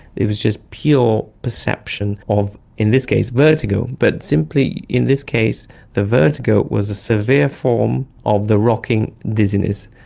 it was just pure perception of, in this case, vertigo. but simply in this case the vertigo was a severe form of the rocking and dizziness.